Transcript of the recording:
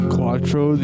Quattro